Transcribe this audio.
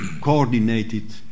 coordinated